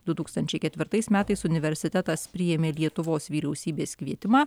du tūkstančiai ketvirtais metais universitetas priėmė lietuvos vyriausybės kvietimą